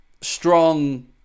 strong